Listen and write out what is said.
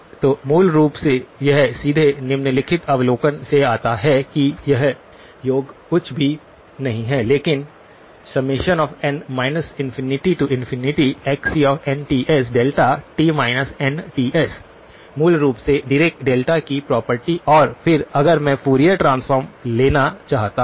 तो मूल रूप से यह सीधे निम्नलिखित अवलोकन से आता है कि यह योग कुछ भी नहीं है लेकिन n ∞xcnTsδ मूल रूप से डीरेक डेल्टा की प्रॉपर्टी और फिर अगर मैं फूरियर ट्रांसफॉर्म लेना चाहता हूँ